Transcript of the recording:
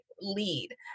lead